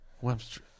Webster